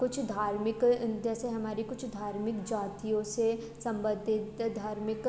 कुछ धार्मिक जैसे हमारी कुछ धार्मिक जातियों से संबंधित धार्मिक